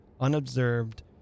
unobserved